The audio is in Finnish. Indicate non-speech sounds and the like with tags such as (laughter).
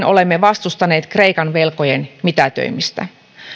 (unintelligible) olemme vastustaneet ainakin kreikan velkojen mitätöimistä